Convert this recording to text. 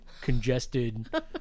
congested